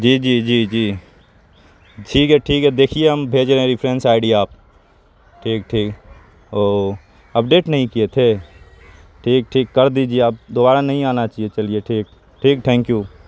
جی جی جی جی ٹھیک ہے ٹھیک ہے دیکھیے ہم بھیج رہے ہیں ریفرنس آئی ڈی آپ ٹھیک ٹھیک اوہ اپ ڈیٹ نہیں کیے تھے ٹھیک ٹھیک کر دیجیے اب دوبارہ نہیں آنا چاہیے چلیے ٹھیک ٹھیک ٹھینک یو